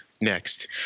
next